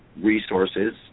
resources